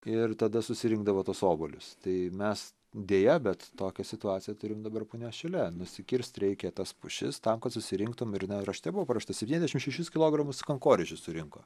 ir tada susirinkdavo tuos obuolius tai mes deja bet tokią situaciją turim dabar punios šile nusikirst reikia tas pušis tam kad susirinktum ir na rašte buvo parašyta septyniasdešim šešis kilogramus kankorėžių surinko